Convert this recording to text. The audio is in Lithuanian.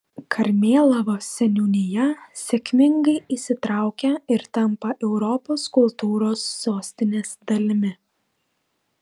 karmėlavos seniūnija sėkmingai įsitraukia ir tampa europos kultūros sostinės dalimi